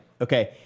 okay